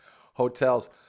hotels